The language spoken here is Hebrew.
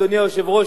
אדוני היושב-ראש,